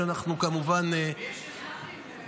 שאנחנו כמובן --- הזוי לגמרי.